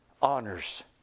honors